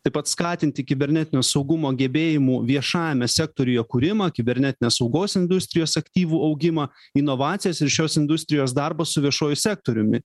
taip pat skatinti kibernetinio saugumo gebėjimų viešajame sektoriuje kūrimą kibernetinės saugos industrijos aktyvų augimą inovacijas ir šios industrijos darbą su viešuoju sektoriumi